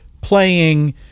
playing